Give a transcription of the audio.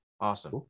Awesome